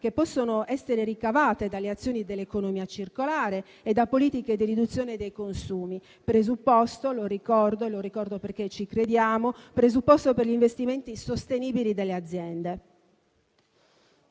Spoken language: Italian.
che possono essere ricavate dalle azioni dell'economia circolare e da politiche di riduzione dei consumi, presupposto - lo ricordo perché ci crediamo - per gli investimenti sostenibili dalle aziende.